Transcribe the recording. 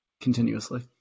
continuously